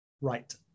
Right